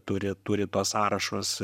turi turi tuos sąrašus